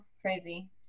crazy